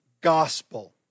gospel